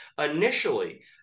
initially